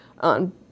on